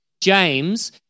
James